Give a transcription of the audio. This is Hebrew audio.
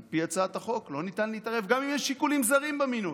על פי הצעת החוק לא ניתן להתערב גם אם יש שיקולים זרים במינוי.